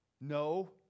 No